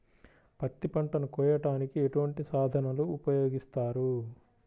పత్తి పంటను కోయటానికి ఎటువంటి సాధనలు ఉపయోగిస్తారు?